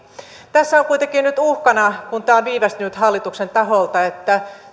on kuitenkin nyt uhkana kun tämä on viivästynyt hallituksen taholta että